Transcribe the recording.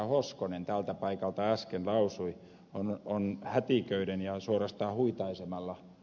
hoskonen tältä paikalta äsken lausui hätiköiden ja suorastaan huitaisemalla